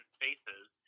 faces